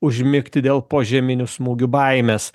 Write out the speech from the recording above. užmigti dėl požeminių smūgių baimės